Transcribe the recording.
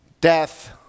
death